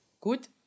Good